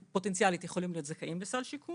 שפוטנציאלית יכולים להיות זכאים לסל שיקום